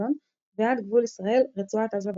אשקלון ועד גבול ישראל – רצועת עזה בדרום,